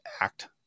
act